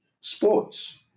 Sports